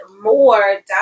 more